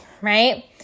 right